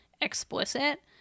explicit